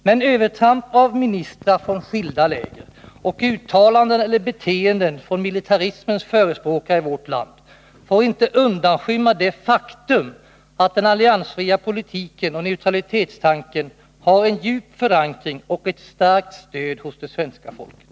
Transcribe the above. Men övertramp av ministrar från skilda läger, och uttalanden eller beteenden från militarismens förespråkare i vårt land, får inte undanskymma det faktum att den alliansfria politiken och neutralitetstanken har en djup förankring och ett starkt stöd hos det svenska folket.